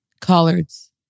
collards